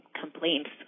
complaints